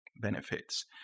benefits